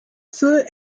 fut